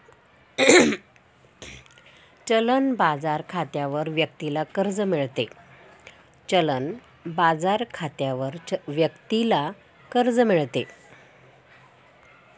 चलन बाजार खात्यावर व्यक्तीला कर्ज मिळते